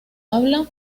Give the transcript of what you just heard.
habla